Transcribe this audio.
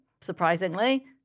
surprisingly